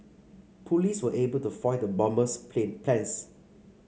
police were able to foil the bomber's play plans